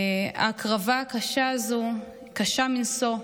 ההקרבה הקשה הזו קשה מנשוא.